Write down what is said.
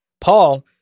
Paul